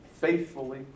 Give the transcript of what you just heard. faithfully